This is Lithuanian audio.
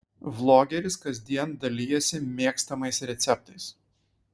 vlogeris kasdien dalijasi mėgstamais receptais